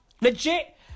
Legit